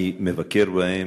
אני מבקר בהם,